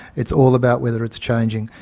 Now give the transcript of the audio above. it's all about whether it's changing.